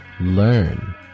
Learn